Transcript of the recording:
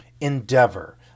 endeavor